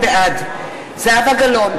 בעד זהבה גלאון,